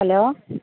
hello